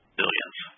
billions